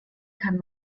kann